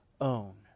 own